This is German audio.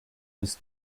ist